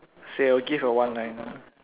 so you'll give a one liner